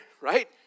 right